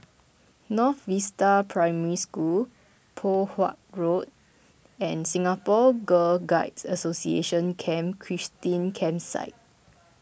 North Vista Primary School Poh Huat Road and Singapore Girl Guides Association Camp Christine Campsite